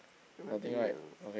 ya I think that ah